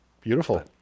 Beautiful